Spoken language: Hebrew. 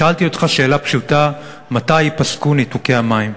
שאלתי אותך שאלה פשוטה: מתי ייפסקו ניתוקי המים?